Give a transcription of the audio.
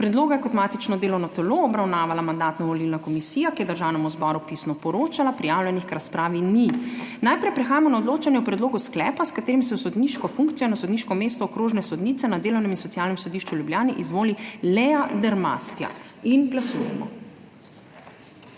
Predlog je kot matično delovno telo obravnavala Mandatno-volilna komisija, ki je Državnemu zboru pisno poročala. Prijavljenih k razpravi ni. Najprej prehajamo na odločanje o predlogu sklepa, s katerim se v sodniško funkcijo na sodniško mesto okrožne sodnice na Delovnem in socialnem sodišču v Ljubljani izvoli Lea Dermastja. Glasujemo.